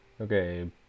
Okay